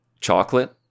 chocolate